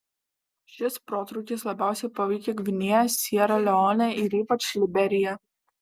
šis protrūkis labiausiai paveikė gvinėją siera leonę ir ypač liberiją